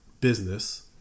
business